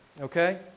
Okay